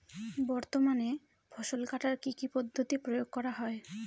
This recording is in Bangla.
বর্তমানে ফসল কাটার কি কি পদ্ধতি প্রয়োগ করা হয়?